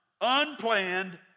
unplanned